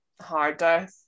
harder